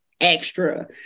extra